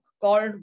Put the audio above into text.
called